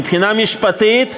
מבחינה משפטית,